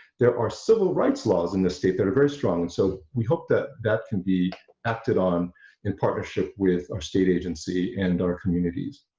there are civil rights laws in the state that are very strong and so we hope that that can be acted on in partnership with our state agency and our communities.